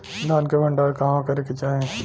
धान के भण्डारण कहवा करे के चाही?